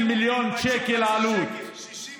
250 מיליון שקל עלות, 60 שקל בחודש.